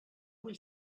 vull